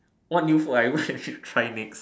what new food I want to try next